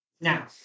Now